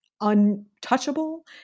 untouchable